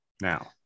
now